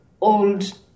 old